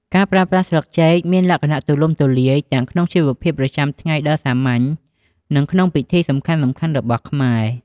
ការប្រើប្រាស់ស្លឹកចេកមានលក្ខណៈទូលំទូលាយ ទាំងក្នុង ជីវភាពប្រចាំថ្ងៃដ៏សាមញ្ញ និងក្នុងពិធីសំខាន់ៗ របស់ខ្មែរ។